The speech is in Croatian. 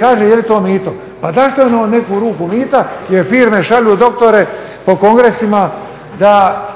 kaže je li to mito? Pa dašto je nego u neku ruku mito jer firme šalju doktore po kongresima da